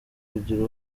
kugira